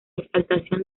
exaltación